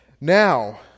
Now